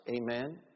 amen